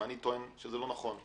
אני טוען שזה לא נכון.